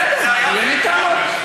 בסדר, אין לי טענות.